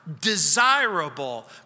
desirable